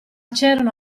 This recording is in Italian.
c’erano